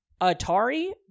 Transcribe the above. Atari